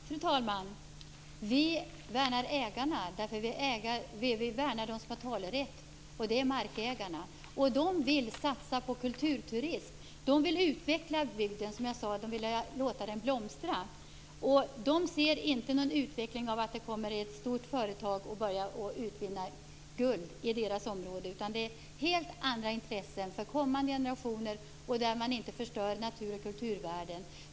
Fru talman! Vi värnar ägarna. Vi värnar dem som har talerätt, och det är markägarna. De vill satsa på kulturturism. De vill utveckla bygden och låta den blomstra, som jag sade. De ser inte någon utveckling i att det kommer ett stort företag och utvinner guld i deras område. De har helt andra intressen för kommande generationer där man inte förstör natur och kulturvärden.